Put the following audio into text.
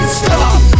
stop